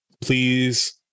Please